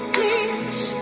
Please